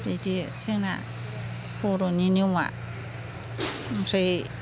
बिदि जोंना बर'नि नियमा ओमफ्राय